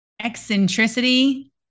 eccentricity